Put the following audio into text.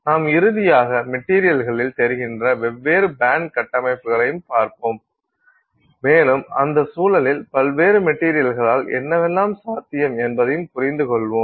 நாம் இறுதியாக மெட்டீரியல்களில் தெரிகின்ற வெவ்வேறு பேண்ட் கட்டமைப்புகளையும் பார்ப்போம் மேலும் அந்த சூழலில் பல்வேறு மெட்டீரியல்களால் என்னவெல்லாம் சாத்தியம் என்பதைப் புரிந்துகொள்வோம்